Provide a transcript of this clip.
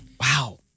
Wow